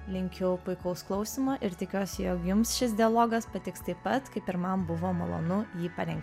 linkiu puikaus klausymo ir tikiuosi jog jums šis dialogas patiks taip pat kaip ir man buvo malonu jį parengt